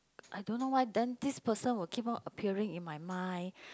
I don't know why then this person will keep on appearing in my mind